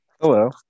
Hello